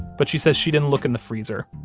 but she says she didn't look in the freezer.